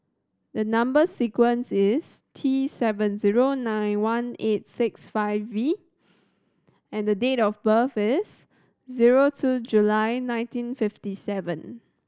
the number sequence is T seven zero nine one eight six five V and date of birth is zero two July nineteen fifty seven